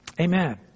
amen